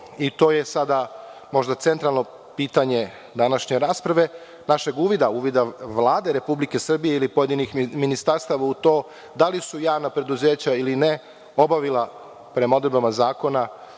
i to je sada možda centralno pitanje današnje rasprave, uvida Vlade Republike Srbije ili pojedinih ministarstava u to da li su javna preduzeća ili ne obavila, prema odredbama zakona,